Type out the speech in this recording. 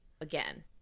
again